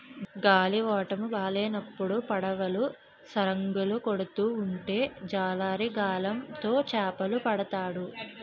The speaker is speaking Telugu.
గాలివాటము బాలేనప్పుడు పడవలు సరంగులు కొడుతూ ఉంటే జాలరి గాలం తో చేపలు పడతాడు